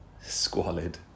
squalid